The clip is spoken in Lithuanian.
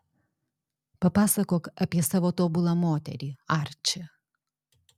papasakok apie savo tobulą moterį arči